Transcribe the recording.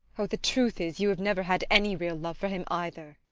oh, the truth is you have never had any real love for him either.